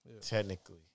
Technically